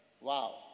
wow